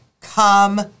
come